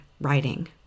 writing